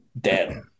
dead